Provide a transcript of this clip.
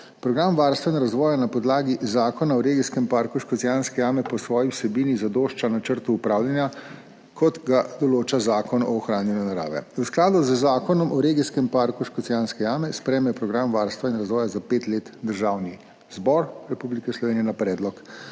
Program varstva in razvoja na podlagi Zakona o regijskem parku Škocjanske jame po svoji vsebini zadošča načrtu upravljanja, kot ga določa Zakon o ohranjanju narave. V skladu z Zakonom o regijskem parku Škocjanske jame sprejme program varstva in razvoja za pet let Državni zbor Republike Slovenije na predlog